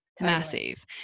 Massive